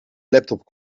laptop